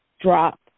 drop